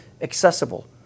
accessible